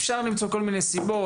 אפשר למצוא כל מיני סיבות,